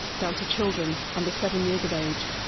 down to children under seven years of age.